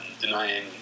denying